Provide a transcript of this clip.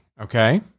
Okay